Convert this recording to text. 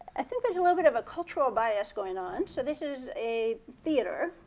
i think there's a little bit of a cultural bias going on, so this is a theater,